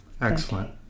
Excellent